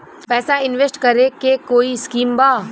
पैसा इंवेस्ट करे के कोई स्कीम बा?